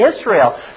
Israel